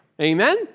Amen